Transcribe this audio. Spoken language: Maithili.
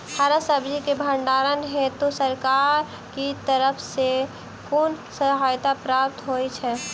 हरा सब्जी केँ भण्डारण हेतु सरकार की तरफ सँ कुन सहायता प्राप्त होइ छै?